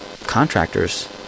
contractors